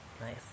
Nice